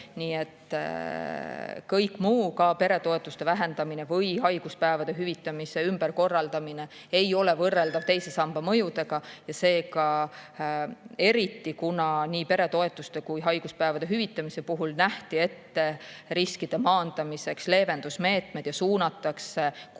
hiljem. Kõik muu, ka peretoetuste vähendamine või haiguspäevade hüvitamise ümberkorraldamine ei ole võrreldav teise samba [lammutamise] mõjudega. Eriti kuna nii peretoetuste kui ka haiguspäevade hüvitamise puhul nähakse riskide maandamiseks ette leevendusmeetmed ja suunatakse suurema